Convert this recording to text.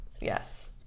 Yes